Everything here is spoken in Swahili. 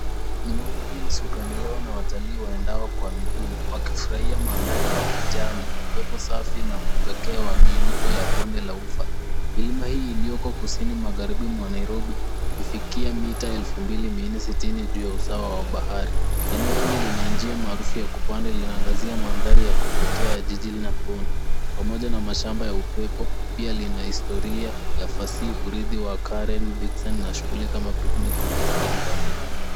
Ngong Hills hupendelewa na watalii waendao kwa miguu wakifurahia madhari ya kijani, upepo safi na upekee wa miinuko ya Bonde la Ufa. Milima hii iliyoko kusini magharibi mwa Nairobi hufikia mita elfu mbili mia nne sitini juu ya usawa wa bahari. Eneo hili lina njia maarufu ya kupanda inayaangazia madhari ya kuvutia la jiji na bonde pamoja na mashamba ya upepo pia lina historia ya fasihi, urudhi wa Karen, vixen, na shughuli kama picnic baiskeli za milima.